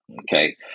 Okay